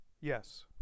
Yes